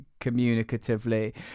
communicatively